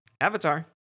Avatar